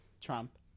Trump